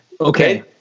Okay